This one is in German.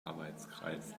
arbeitskreis